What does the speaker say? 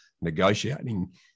negotiating